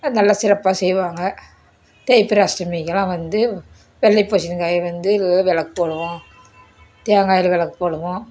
நல்ல சிறப்பாக செய்வாங்க தேய்பிறை அஷ்டமிக்குலாம் வந்து வெள்ளை பூசணிக்காய வந்து விளக்கு போடுவோம் தேங்காயில் விளக்கு போடுவோம்